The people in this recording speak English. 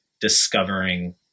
discovering